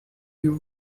you